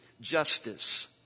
Justice